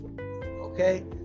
okay